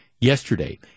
yesterday